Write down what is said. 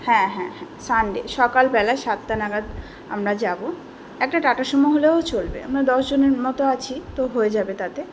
হ্যাঁ হ্যাঁ হ্যাঁ সানডে সকালবেলা সাতটা নাগাদ আমরা যাব একটা টাটা সুমো হলেও চলবে আমরা দশ জনের মতো আছি তো হয়ে যাবে তাতে